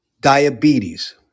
diabetes